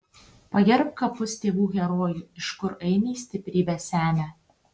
pagerbk kapus tėvų herojų iš kur ainiai stiprybę semia